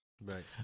Right